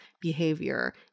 behavior